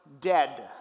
dead